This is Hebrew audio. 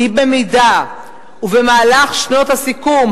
כי במידה ובמהלך שנות הסיכום",